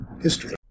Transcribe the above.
history